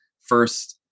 first